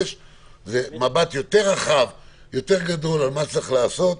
מבט יותר רחב על מה שצריך לעשות.